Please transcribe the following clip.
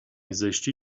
زشتی